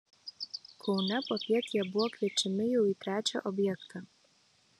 kaune popiet jie buvo kviečiami jau į trečią objektą